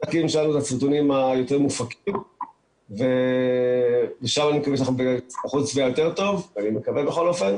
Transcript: יש סרטונים יותר מופקים עם אחוזי צפייה יותר טובים,